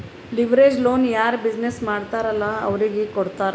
leverage loan ಯಾರ್ business ಮಾಡ್ತಾರ್ ಅಲ್ಲಾ ಅವ್ರಿಗೆ ಕೊಡ್ತಾರ್